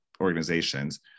organizations